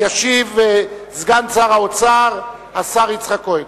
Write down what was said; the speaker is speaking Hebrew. יושב-ראש הוועדה.